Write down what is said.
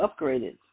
upgraded